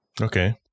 Okay